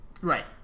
Right